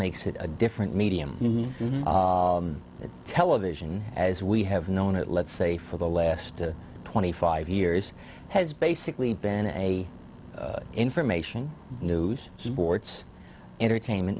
makes it a different medium in television as we have known it let's say for the last twenty five years has basically been a information news sports entertainment